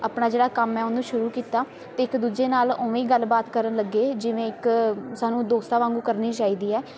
ਆਪਣਾ ਜਿਹੜਾ ਕੰਮ ਹੈ ਉਹਨੂੰ ਸ਼ੁਰੂ ਕੀਤਾ ਅਤੇ ਇੱਕ ਦੂਜੇ ਨਾਲ਼ ਉਵੇਂ ਹੀ ਗੱਲਬਾਤ ਕਰਨ ਲੱਗੇ ਜਿਵੇਂ ਇੱਕ ਸਾਨੂੰ ਦੋਸਤਾਂ ਵਾਂਗੂੰ ਕਰਨੀ ਚਾਹੀਦੀ ਹੈ